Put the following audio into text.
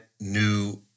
new